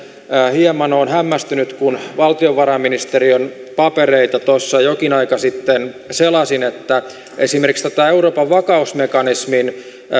hieman hämmästynyt kun valtiovarainministeriön papereita tuossa jokin aika sitten selasin että esimerkiksi tätä euroopan vakausmekanismin